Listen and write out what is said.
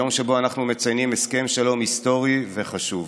יום שבו אנחנו מציינים הסכם שלום היסטורי וחשוב,